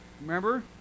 remember